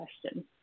question